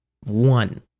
one